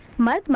my